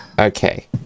okay